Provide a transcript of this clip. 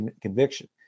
conviction